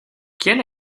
quién